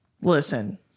listen